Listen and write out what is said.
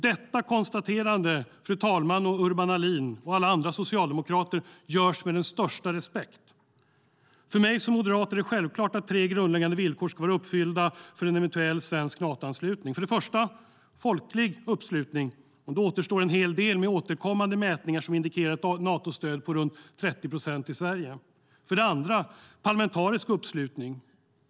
Detta konstaterande, fru talman, Urban Ahlin och alla andra socialdemokrater, görs med den största respekt. För mig som moderat är det självklart att tre grundläggande villkor ska vara uppfyllda för en eventuell svensk Natoanslutning. För det första handlar det om folklig uppslutning. Då återstår en hel del med återkommande mätningar som indikerar ett Natostöd på runt 30 procent i Sverige. För det andra handlar det om parlamentarisk uppslutning.